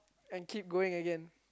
and keep going again